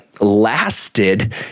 lasted